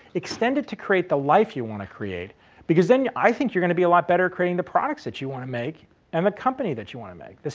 extend it to create the life you want to create because then i think you're going to be a lot better creating the products that you want to make and the company that you want to make.